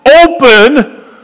open